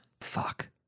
Fuck